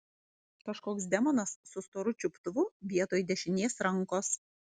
kažkoks demonas su storu čiuptuvu vietoj dešinės rankos